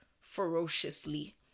ferociously